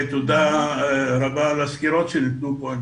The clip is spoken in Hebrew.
תודה רבה על הסקירות שניתנו פה.